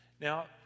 Now